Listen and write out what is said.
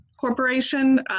Corporation